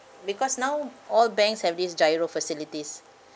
because now all banks have this GIRO facilities